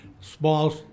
Small